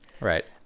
right